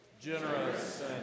generous